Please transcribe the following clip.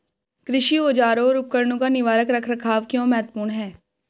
कृषि औजारों और उपकरणों का निवारक रख रखाव क्यों महत्वपूर्ण है?